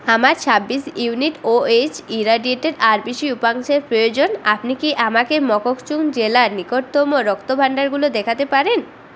আমার ছাব্বিশ unit O H irradiated R B C উপাংশের প্রয়োজন আপনি কি আমাকে মকচুং জেলার নিকটতম রক্তভাণ্ডারগুলো দেখাতে পারেন